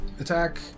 attack